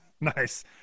Nice